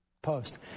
Post